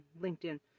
LinkedIn